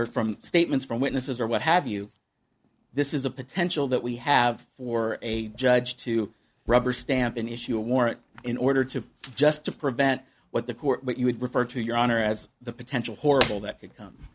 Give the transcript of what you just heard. we're from statements from witnesses or what have you this is a potential that we have for a judge to rubber stamp an issue a warrant in order to just to prevent what the court what you would refer to your honor as the potential horrible that could come